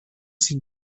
sin